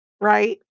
right